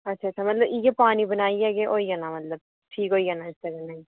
अच्छा अच्छा मतलब इ'यै पानी बनाइयै गै होई जाना मतलब ठीक होई जाना